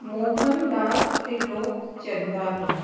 Mohan Das Tilok Chandani